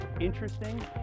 interesting